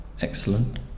Excellent